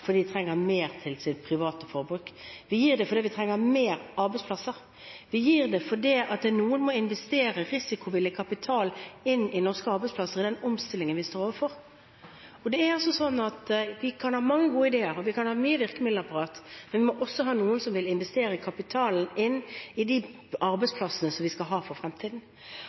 de trenger mer til sitt private forbruk. Vi gir det fordi vi trenger flere arbeidsplasser, vi gir det fordi noen må investere risikovillig kapital inn i norske arbeidsplasser, i den omstillingen vi står overfor. Vi kan ha mange gode ideer, og vi kan ha et stort virkemiddelapparat, men vi må også ha noen som vil investere kapitalen inn i de arbeidsplassene som vi skal ha for fremtiden.